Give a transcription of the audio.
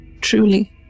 truly